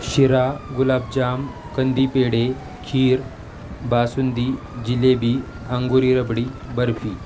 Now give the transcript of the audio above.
शिरा गुलाबजाम कंदी पेढे खीर बासुंदी जिलेबी अंगुरी रबडी बर्फी